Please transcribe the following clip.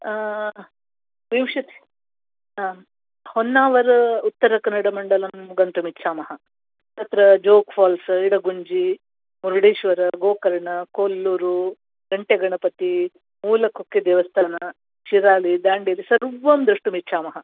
विंशतिः आं होन्नावर उत्तरकन्नडामण्डलं गन्तुम् इच्छामः तत्र जोग् फ़ाल्स् इडगुञ्जी गोकर्ण कोल्लुरु गण्टेगणपति मूलकुक्केदेवस्थान शिरालि दाण्डेलि सर्वं द्रष्टुम् इच्छामः